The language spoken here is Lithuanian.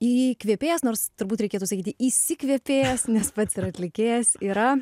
įkvėpėjas nors turbūt reikėtų sakyti įsikvėpėjas nes pats ir atlikėjas yra